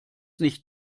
nicht